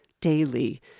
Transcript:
daily